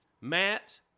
Matt